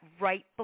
right